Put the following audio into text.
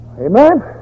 amen